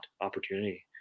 opportunity